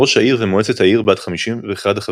ראש העיר ומועצת העיר בת 51 החברים,